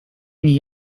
nii